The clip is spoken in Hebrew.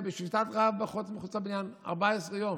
בשביתת רעב פה, מחוץ לבניין, 14 יום.